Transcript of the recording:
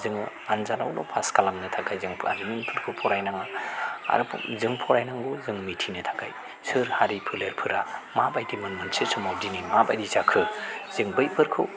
जोङो आनजादावल' पास खालामनो थाखाय जों जारिमिनफोरखौ फरायनाङा आरो जों फरायनांगौ जों मिनथिनो थाखाय सोर हारि फोलेरफोरा माबायदि मोन मोनसे समाव दिनै माबायदि जाखो जों बैफोरखौ